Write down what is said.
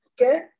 Okay